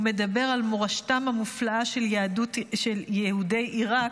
הוא מדבר על מורשתם המופלאה של יהודי עיראק,